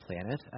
planet